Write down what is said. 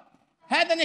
לחלוטין.